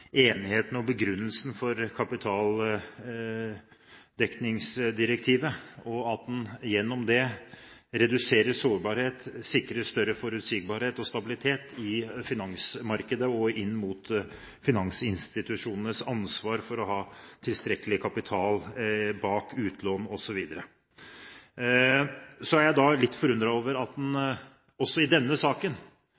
begrunnelsen for kapitaldekningsdirektivet, og at en gjennom det reduserer sårbarhet og sikrer større forutsigbarhet og stabilitet i finansmarkedet og inn mot finansinstitusjonenes ansvar for å ha tilstrekkelig kapital bak utlån osv. Så er jeg litt forundret over at